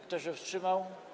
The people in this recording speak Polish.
Kto się wstrzymał?